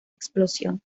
explosión